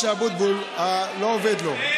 אדוני היושב-ראש, למשה אבוטבול, לא עובד לו פה.